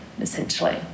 essentially